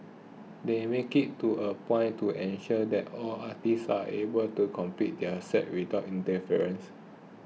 they make it to a point to ensure that all artists are able to complete their sets without interference